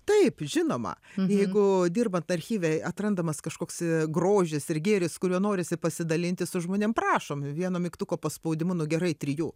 taip žinoma jeigu dirbant archyve atrandamas kažkoks grožis ir gėris kuriuo norisi pasidalinti su žmonėm prašom vieno mygtuko paspaudimu nu gerai trijų